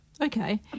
Okay